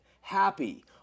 happy